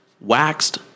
waxed